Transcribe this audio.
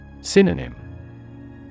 Synonym